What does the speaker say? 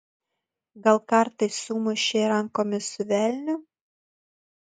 gal kartais sumušei rankomis su velniu